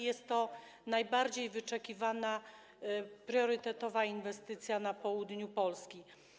Jest to najbardziej wyczekiwana priorytetowa inwestycja na południu Polski.